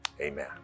amen